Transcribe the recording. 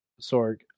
sorg